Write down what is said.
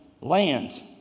land